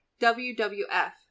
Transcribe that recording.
WWF